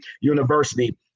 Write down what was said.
University